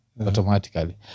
automatically